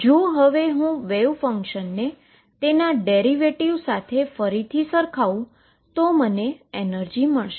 જો હું વેવ ફંક્શનને તેના ડેરીવેટીવ સાથે ફરીથી સરખાવું તો મને એનર્જી મળશે